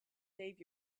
save